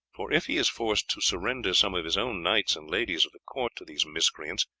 for if he is forced to surrender some of his own knights and ladies of the court to these miscreants,